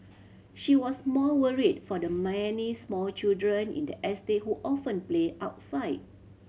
she was more worried for the many small children in the estate who often play outside